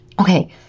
Okay